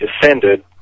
descended